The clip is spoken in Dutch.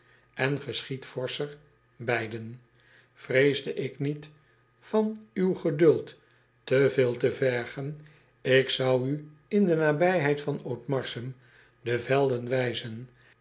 en geschiedvorscher beiden reesde ik niet van uw geduld te veel te vergen ik zou u in de nabijheid van otmarsum de velden wijzen